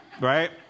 right